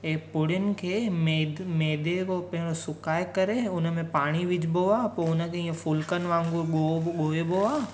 ऐं पूरियुनि खे मेद मैदे को पहिरियों सुकाए करे उन में पाणी विझिबो आहे पोइ हुन खे ईअं फुलिकनि वांगुरु गो ॻोइबो आहे